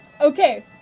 Okay